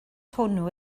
hwnnw